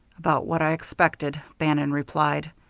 about what i expected, bannon replied.